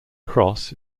cross